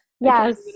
Yes